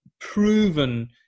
proven